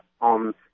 on